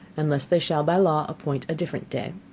unless they shall by law appoint a different day.